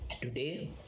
today